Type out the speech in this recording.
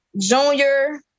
junior